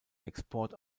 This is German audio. export